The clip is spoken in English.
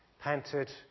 panted